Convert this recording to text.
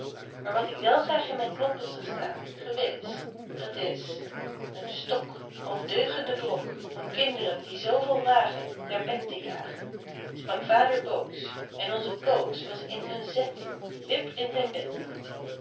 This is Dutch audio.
maar wat ik wel graag in mijn klompen zag staan gewis dat is een stok ondeugende brok om kinderen die zooveel vragen naar bed te jagen sprak vader boos en onze koos was in een zet wip in zijn bed